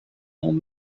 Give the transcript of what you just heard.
old